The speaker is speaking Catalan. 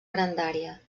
grandària